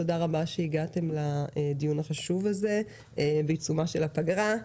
תודה רבה שהגעתם לדיון החשוב הזה בעיצומה של הפגרה.